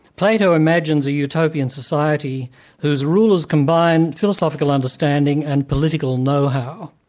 plato imagines a utopian society whose rulers combine philosophical understanding and political know-how.